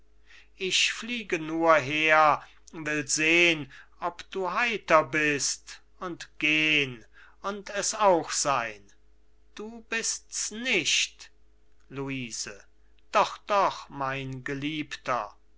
ich fliege nur her will sehen ob du heiter bist und gehn und es auch sein du bist's nicht luise doch doch mein geliebter